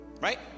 right